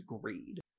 greed